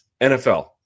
NFL